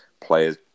players